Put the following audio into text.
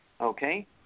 Okay